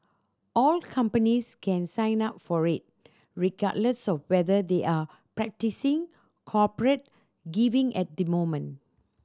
all companies can sign up for red regardless of whether they are practising corporate giving at the moment